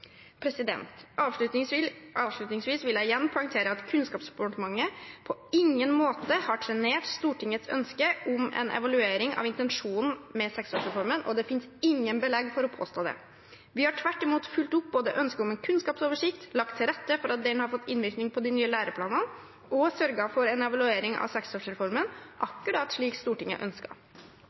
Avslutningsvis vil jeg igjen poengtere at Kunnskapsdepartementet på ingen måte har trenert Stortingets ønske om en evaluering av intensjonene med seksårsreformen. Det finnes ingen belegg for å påstå det. Vi har tvert imot fulgt opp både ønsket om en kunnskapsoversikt, lagt til rette for at denne har fått innvirkning på de nye læreplanene, og sørget for en evaluering av seksårsreformen, akkurat slik Stortinget